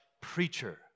preacher